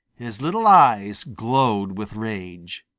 his little eyes glowed with rage.